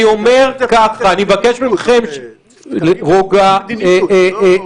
זה לא --- אני מבקש מכם רוגע וסבלנות.